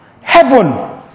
Heaven